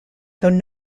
though